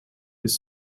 his